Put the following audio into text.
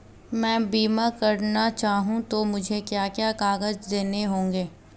मैं बीमा करना चाहूं तो मुझे क्या क्या कागज़ देने होंगे?